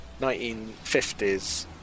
1950s